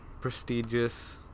prestigious